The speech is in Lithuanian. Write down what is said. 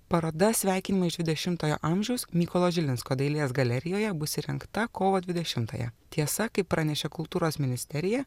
paroda sveikinimai iš dvidešimtojo amžiaus mykolo žilinsko dailės galerijoje bus įrengta kovo dvidešimtąją tiesa kaip pranešė kultūros ministerija